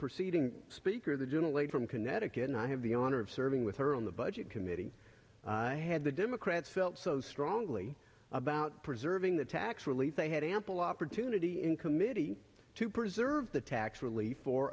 proceeding speaker the gentle lady from connecticut and i have the honor of serving with her on the budget committee had the democrats felt so strongly about preserving the tax relief they had ample opportunity in committee to preserve the tax